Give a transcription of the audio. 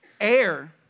Air